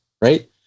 right